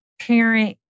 parent